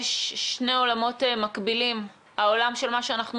יש שני עולמות מקבילים העולם של מה שאנחנו